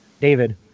David